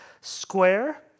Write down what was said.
square